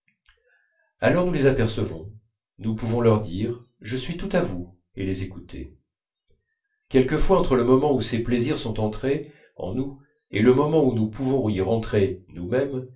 alors nous les apercevons nous pouvons leur dire je suis tout à vous et les écouter quelquefois entre le moment où ces plaisirs sont entrés en nous et le moment où nous pouvons y rentrer nous-même